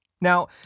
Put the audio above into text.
Now